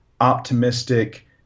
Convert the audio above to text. optimistic